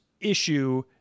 issue